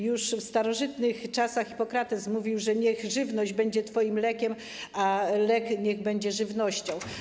Już w starożytnych czasach Hipokrates mówił: niech żywność będzie twoim lekiem, a lek niech będzie żywnością.